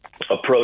approach